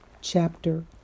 chapter